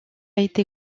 été